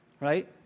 right